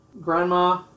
Grandma